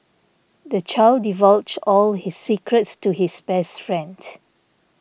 the child divulged all his secrets to his best friend